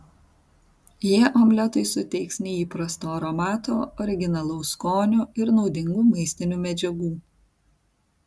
jie omletui suteiks neįprasto aromato originalaus skonio ir naudingų maistinių medžiagų